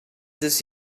this